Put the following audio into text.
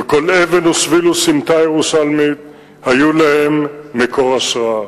וכל אבן ושביל וסמטה ירושלמית היו להם מקור השראה.